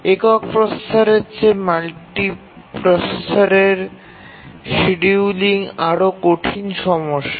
একক প্রসেসরের চেয়ে মাল্টিপ্রসেসরে শিডিয়ুলিং আরও কঠিন সমস্যা